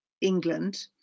England